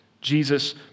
Jesus